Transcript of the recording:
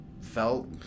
felt